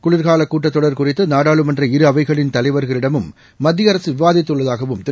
குளிர்காலகூட்டத்தொடர்குறித்து நாடாளுமன்றஇருஅவைகளின்தலைவர்களிடமும்மத்தி யஅரசுவிவாதித்துள்ளதாகவும்திரு